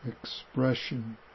expression